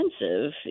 expensive